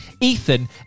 Ethan